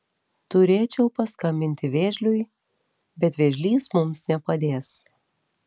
turėčiau paskambinti vėžliui bet vėžlys mums nepadės